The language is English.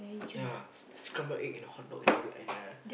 ya scramble egg in a hot dog you know wait and a